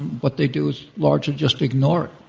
what they do is largely just ignore it.